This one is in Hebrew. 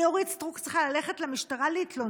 אני, אורית סטרוק, אני צריכה ללכת למשטרה להתלונן?